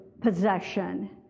possession